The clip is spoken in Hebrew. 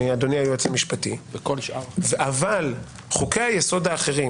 אדוני היועץ המשפטי, אבל חוקי היסוד האחרים